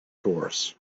chorus